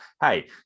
hey